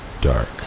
dark